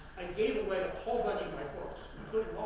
and gave away a whole bunch of my